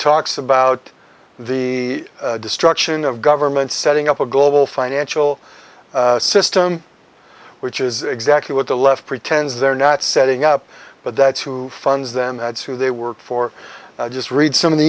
talks about the destruction of government setting up a global financial system which is exactly what the left pretends they're not setting up but that's who funds them that's who they work for i just read some of the